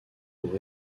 pour